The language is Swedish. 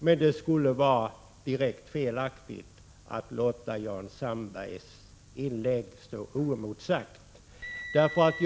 Men det skulle vara direkt felaktigt att låta Jan Sandbergs inlägg stå oemotsagt.